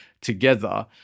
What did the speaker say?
together